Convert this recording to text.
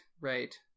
right